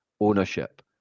ownership